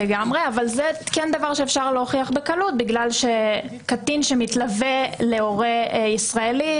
נכון אבל זה דבר שאפשר להוכיח בקלות בגלל שקטין שמתלווה להורה ישראלי,